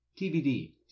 tbd